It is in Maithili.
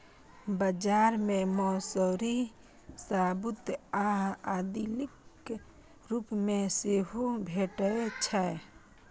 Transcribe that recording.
बाजार मे मौसरी साबूत आ दालिक रूप मे सेहो भैटे छै